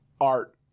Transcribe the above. art